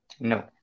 No